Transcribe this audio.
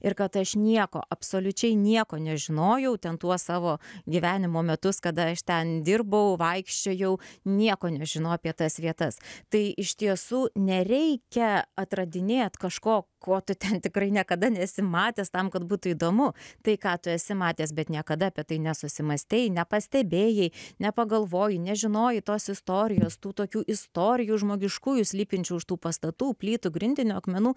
ir kad aš nieko absoliučiai nieko nežinojau ten tuos savo gyvenimo metus kada aš ten dirbau vaikščiojau nieko nežinojau apie tas vietas tai iš tiesų nereikia atradinėt kažko ko tu tikrai niekada nesi matęs tam kad būtų įdomu tai ką tu esi matęs bet niekada apie tai nesusimąstei nepastebėjai nepagalvojai nežinojai tos istorijos tų tokių istorijų žmogiškųjų slypinčių už tų pastatų plytų grindinio akmenų